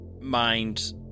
mind